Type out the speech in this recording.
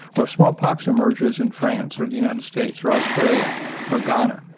or smallpox emerges in france or the united states or australia or ghana,